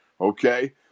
okay